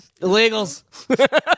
illegals